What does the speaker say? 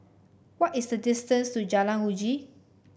what is the distance to Jalan Uji